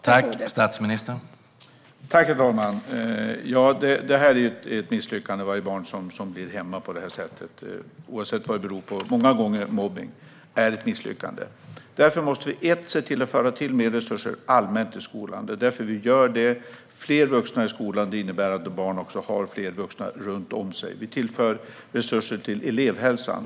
Herr talman! Detta är ett misslyckande. Varje barn som blir hemma på det här sättet är ett misslyckande, oavsett vad det beror på - många gånger beror det på mobbning. Därför måste vi se till att allmänt föra till mer resurser till skolan. Detta gör vi också. Fler vuxna i skolan innebär att barn har fler vuxna runt om sig. Vi tillför även resurser till elevhälsan.